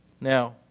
now